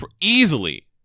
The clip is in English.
Easily